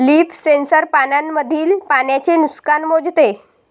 leaf sensor पानांमधील पाण्याचे नुकसान मोजते